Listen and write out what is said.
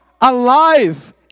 alive